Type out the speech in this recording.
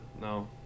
No